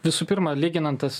visų pirma lyginant tas